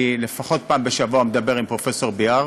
אני לפחות פעם בשבוע מדבר עם פרופסור ביאר.